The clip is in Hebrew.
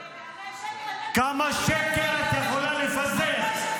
--- כמה שקר את יכולה לפזר?